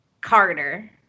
Carter